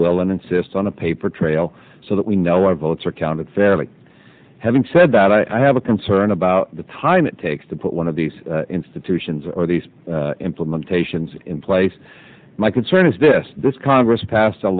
will and insist on a paper trail so that we know why votes are counted fairly having said that i have a concern about the time it takes to put one of these institutions or these implementations in place my concern is this this congress pass